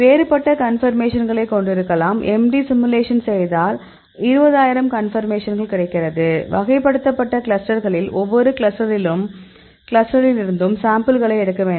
வேறுபட்ட கன்பர்மேஷன்களை கொண்டிருக்கலாம் MD சிமுலேஷன் செய்தால் 20000 கன்பர்மேஷன்கள் கிடைக்கிறது வகைப்படுத்தப்பட்ட கிளஸ்டர்களில் ஒவ்வொரு கிளஸ்டரிலிருந்தும் சாம்பிள்களை எடுக்க வேண்டும்